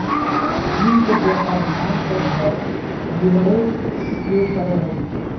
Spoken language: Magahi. दिन के व्यापारी आमतौर पर लीवरेज के उपयोग करो हइ